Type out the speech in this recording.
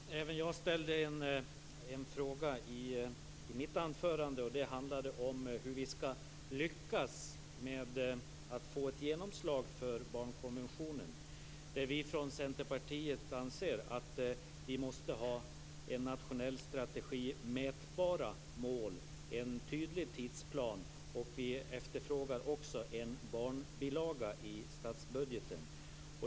Fru talman! Även jag ställde en fråga i mitt anförande, och den handlade om hur vi skall lyckas få ett genomslag för barnkonventionen. Vi anser från Centerpartiet att vi måste ha en nationell strategi, mätbara mål och en tydlig tidsplan. Vi efterfrågar också en barnbilaga i statsbudgeten.